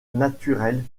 naturel